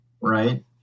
Right